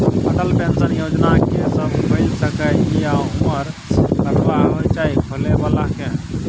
Atal pension Yojana के के सब खोइल सके इ आ उमर कतबा होय चाही खोलै बला के?